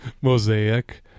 mosaic